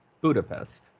Budapest